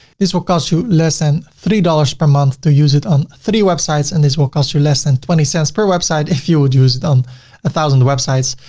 this will cost you less than three dollars per month to use it on three websites. and this will cost you less than twenty cents per website, if you would use it on a thousand websites.